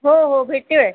हो हो भेटते होय